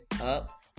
up